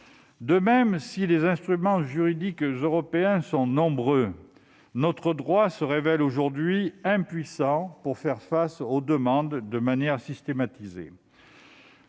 De même, si les instruments juridiques européens sont nombreux, notre droit se révèle aujourd'hui impuissant à faire face aux demandes de manière systématique.